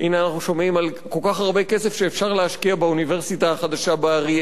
אנחנו שומעים על כל כך הרבה כסף שאפשר להשקיע באוניברסיטה החדשה באריאל.